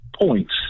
points